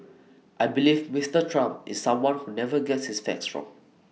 I believe Mister Trump is someone who never gets his facts wrong